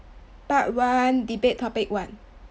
part one debate topic one